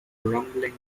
rumbling